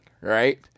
right